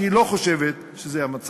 שהיא לא חושבת שזה המצב,